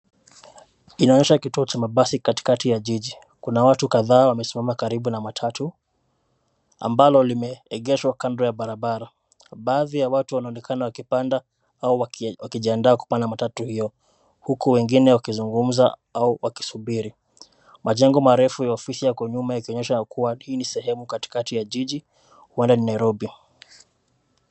Inaonyesha kituo cha mabasi katikati ya jiji, kuna watu kadhaa wamesimama karibu na matatu ambalo limeegeshwa kando ya barabara. Baadhi ya watu wanaonekana kupanda au wakijiandaa kupanda matatu hiyo, huku wengine wakizungumza au wakisubiri, majengo marefu ya ofisi yako nyuma yakionyesha yakuwa hii ni sehemu katikati ya jiji huenda ni Nairobi.